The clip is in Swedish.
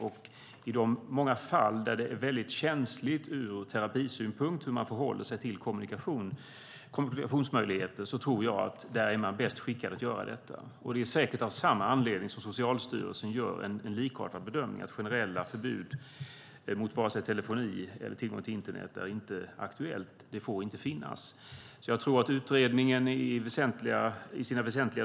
I de många fall då det är känsligt ur terapisynpunkt hur man förhåller sig till kommunikationsmöjligheter tror jag att man är bäst skickad att göra detta där. Det är säkert av samma anledning som Socialstyrelsen gör en likartad bedömning att generella förbud mot telefoni och tillgång till internet inte är aktuella och inte får finnas.